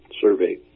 survey